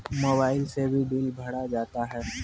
Mobile से भी bill भरा जाता हैं?